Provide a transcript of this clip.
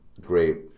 great